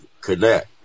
connect